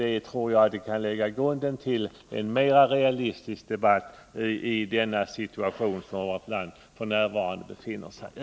Det kan lägga grunden till en mer realistisk debatt med tanke på den situation som vårt land f. n. befinner sig i.